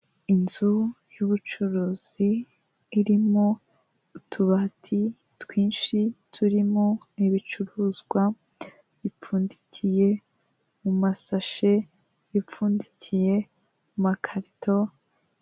Inzu y'ubucuruzi irimo utubati twinshi turimo ibicuruzwa bipfundikiye mumasashe, ipfundikiye amakarito.